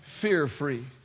Fear-free